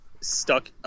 stuck